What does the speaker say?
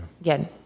Again